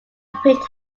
print